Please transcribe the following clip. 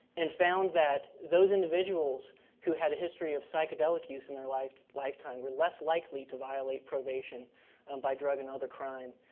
and found that those individuals who had a history of psychedelic use in their lifetime lifetime were less likely to violate probation by drug and other crime.